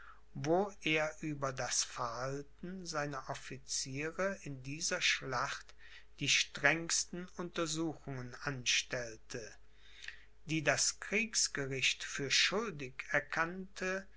wo er über das verhalten seiner officiere in dieser schlacht die strengsten untersuchungen anstellte die das kriegsgericht für schuldig erkannte